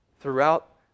throughout